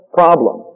problem